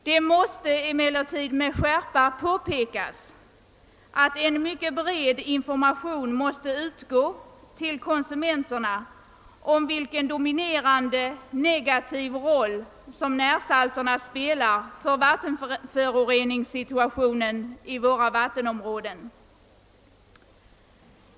Det måste emellertid med skärpa påpekas, att en mycket bred information måste gå ut till konsumenten om den dominerande negativa roll som närsal terna spelar för föroreningarna i våra vattenområden.